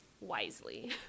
wisely